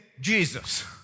Jesus